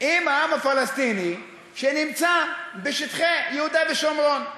עם העם הפלסטיני שנמצא בשטחי יהודה ושומרון.